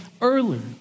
earlier